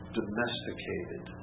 domesticated